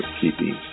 Keeping